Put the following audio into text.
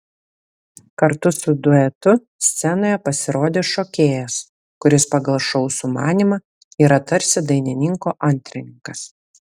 kartu su duetu scenoje pasirodė šokėjas kuris pagal šou sumanymą yra tarsi dainininko antrininkas